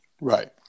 Right